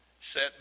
set